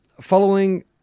Following